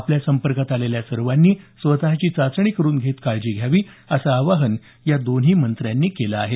आपल्या संपर्कात आलेल्या सर्वांनी स्वतची चाचणी करून घेत काळजी घ्यावी असं आवाहन दोन्ही मत्र्यांनी केलं आहे